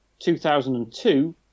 2002